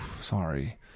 sorry